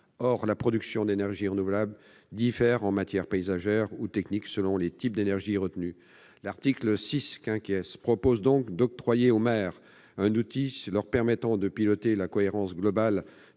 Or la production d'énergie renouvelable diffère en matière paysagère ou technique selon le type d'énergie retenu. L'article 6 octroie aux maires un outil leur permettant de piloter la cohérence globale